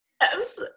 Yes